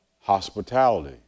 hospitality